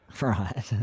Right